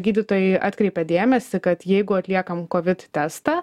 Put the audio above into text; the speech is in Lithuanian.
gydytojai atkreipia dėmesį kad jeigu atliekam kovid testą